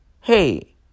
hey